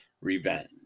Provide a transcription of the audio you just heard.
revenge